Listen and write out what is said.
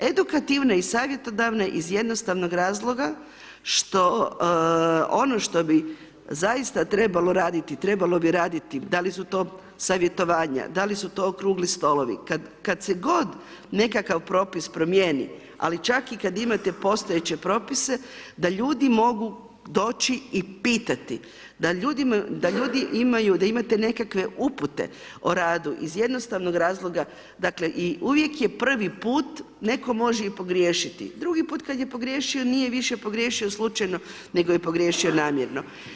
Edukativna i savjetodavna iz jednostavnog razloga što ono što bi zaista trebalo raditi, trebalo bi raditi, da li su to savjetovanja, da li su to okrugli stolovi, kada se god nekakav propis promijeni ali čak i kad imate postojeće propise da ljudi mogu doći i pitati, da ljudi imaju, da imate nekakve upute o radu iz jednostavnog razloga, dakle, i uvijek je prvi put, netko može i pogriješiti, drugi put kad je pogriješio, nije više pogriješio slučajno nego je pogriješio namjerno.